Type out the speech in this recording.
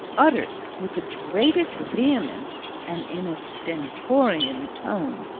uttered with the greatest vehemence and in a stentorian tone